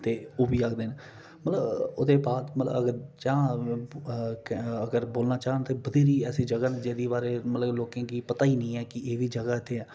ते ओह्बी आखदे ना ओह्दे बाद मतलब हां अगर बोलना चाहंग ते बथ्हेरी ऐसी जगहां न जेहदे बारै मतलब लोकें गी पता गै नेईं ऐ कि एह् बी जगह इत्थै ऐ